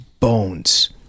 bones